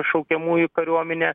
šaukiamųjų kariuomenė